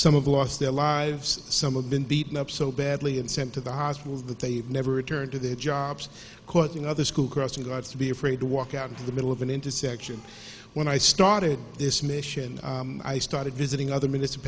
some of the lost their lives some of been beaten up so badly and sent to the hospitals that they never return to their jobs causing other school crossing guards to be afraid to walk out into the middle of an intersection when i started this mission i started visiting other m